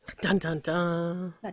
Dun-dun-dun